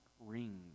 ring